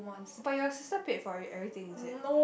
but your sister paid for it everything is it